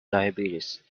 diabetes